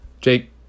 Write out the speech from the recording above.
Jake